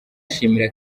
ashimira